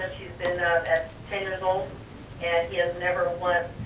been ten years old and he has never once